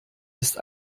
ist